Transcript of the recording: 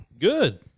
Good